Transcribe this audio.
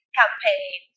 campaign